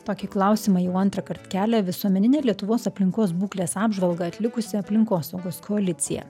tokį klausimą jau antrąkart kelia visuomeninė lietuvos aplinkos būklės apžvalgą atlikusi aplinkosaugos koalicija